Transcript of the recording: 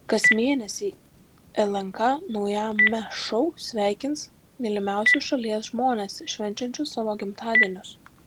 kas mėnesį lnk naujame šou sveikins mylimiausius šalies žmones švenčiančius savo gimtadienius